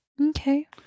Okay